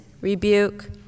rebuke